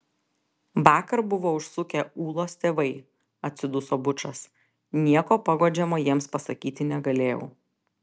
vakar buvo užsukę ūlos tėvai atsiduso bučas nieko paguodžiamo jiems pasakyti negalėjau